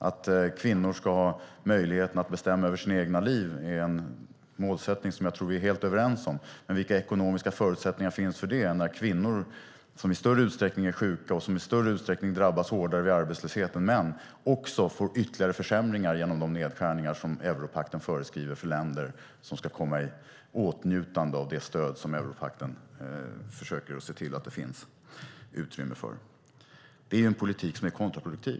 Att kvinnor ska ha möjligheten att bestämma över sina egna liv är en målsättning som jag tror att vi är helt överens om. Men vilka ekonomiska förutsättningar finns för det när kvinnor, som i större utsträckning är sjuka och som i större utsträckning drabbas hårdare vid arbetslöshet än män, också får ytterligare försämringar genom de nedskärningar som europakten föreskriver för länder som ska komma i åtnjutande av de stöd som europakten försöker se till att det finns utrymme för? Det är en politik som är kontraproduktiv.